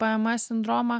pmes sindromą